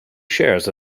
shares